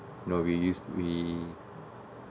now we use we